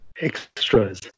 extras